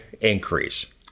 increase